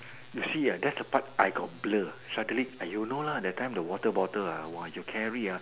you see ah that's the part I got blur suddenly ah you know lah that time the water bottle lah you carry ah